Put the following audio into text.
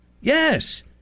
yes